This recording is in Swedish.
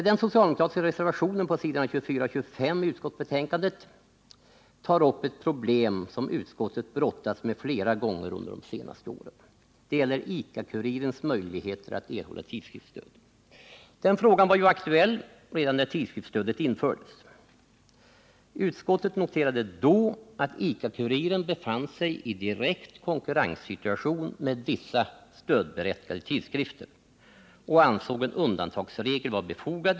Den socialdemokratiska reservationen på s. 24 och 25 i utskottsbetänkandet tar upp ett problem som utskottet brottats med flera gånger under de senaste åren. Det gäller ICA-Kurirens möjligheter att erhålla tidskriftsstöd. Frågan var ju aktuell redan när tidskriftsstödet infördes. Utskottet noterade då att ICA-Kuriren befann sig i direkt konkurrenssituation med vissa stödberättigade tidskrifter och ansåg en undantagsregel vara befogad.